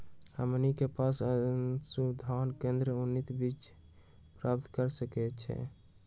हमनी के पूसा अनुसंधान केंद्र से उन्नत बीज प्राप्त कर सकैछे?